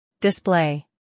Display